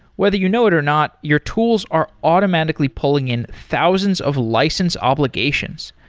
whether you know it or not, your tools are automatically pulling in thousands of license obligations.